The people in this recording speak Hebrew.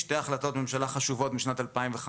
שתי החלטות ממשלה חשובות משנת 2015